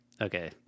okay